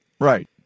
Right